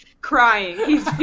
Crying